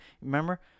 remember